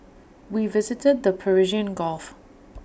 we visited the Persian gulf